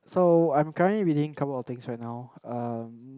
so I'm currently reading couple of things right now um